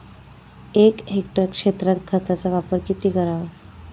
एक हेक्टर क्षेत्रात खताचा वापर किती करावा?